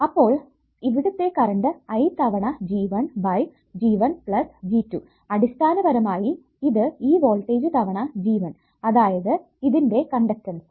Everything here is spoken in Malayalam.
അപ്പോൾ ഇവിടുത്തെ കറണ്ട് I തവണ G1 by G1 plus G2 അടിസ്ഥാനപരമായി ഇത് ഈ വോൾടേജ് തവണ G1 അതായത് ഇതിന്റെ കണ്ടക്ടൻസ്സ്